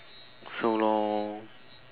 so lor